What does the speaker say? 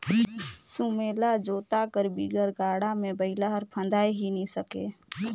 सुमेला जोता कर बिगर गाड़ा मे बइला हर फदाए ही नी सके